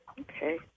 Okay